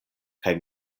kaj